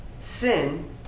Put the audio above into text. sin